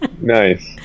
Nice